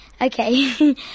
Okay